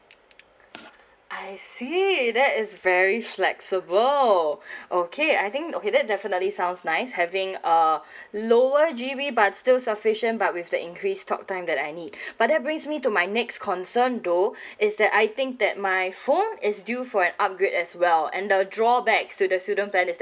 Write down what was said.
I see that is very flexible okay I think okay that definitely sounds nice having uh lower G_B but still sufficient but with the increase talk time that I need but that brings me to my next concern though is that I think that my phone is due for an upgrade as well and the drawbacks to the student plan is